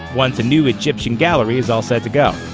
once a new egyptian gallery is all set to go.